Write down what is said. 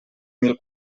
mil